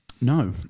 No